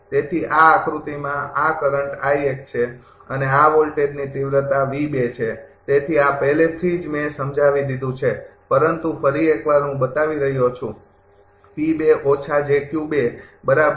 તેથી આ આકૃતિમાં આ કરંટ છે અને આ વોલ્ટેજની તીવ્રતા છે તેથી આ પહેલાથી જ મેં સમજાવી દીધું છે પરંતુ ફરી એકવાર હું બતાવી રહ્યો છું બરાબર